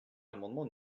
l’amendement